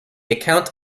account